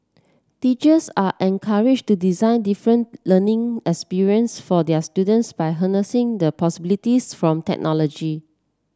teachers are encouraged to design different learning experience for their students by harnessing the possibilities from technology